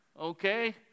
okay